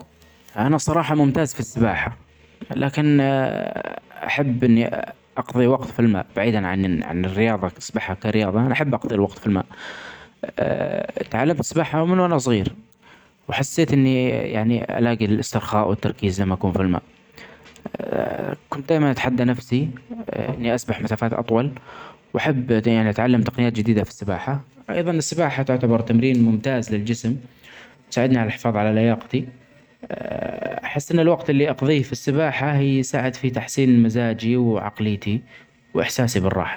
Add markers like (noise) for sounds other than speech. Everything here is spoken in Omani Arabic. أنا الصراحة ممتاز في السبحة لكن (hesitation) أحب أني أقظي وقت في الماء بعيدا عن -عن الرياضة السباحة كرياضة أنا أحب أقضي وقت في الماء (hesitation) تعلمت السباحة من وأنا صغير وحسيت إني (hesitation) ألاجي الإسترخاء والتركيز لما أكون في الماء. (hesitation) كنت دايما أتحدي نفسي إني أسبح مسافات أطول وأحب أتعلم تقنيات جديدة في السباحة أيضا السباحة تعتبر تمرين ممتاز للجسم ، تساعدني علي الحفاظ علي لياقتي. أحس أن الوقت اللي أقظيه يساعد في تحسين مزاجي وعقليتي وإحساسي بالراحة.